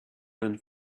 than